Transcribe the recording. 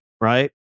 Right